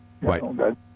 Right